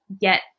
get